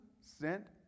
sent